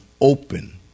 open